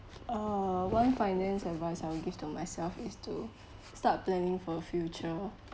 uh one finance advice I will give to myself is to start planning for your future